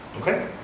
Okay